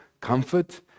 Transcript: comfort